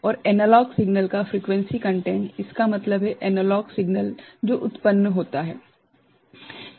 और analog signal का frequency content इसका मतलब है एनालॉग सिग्नल एनालॉग सिग्नल जो उत्पन्न होता है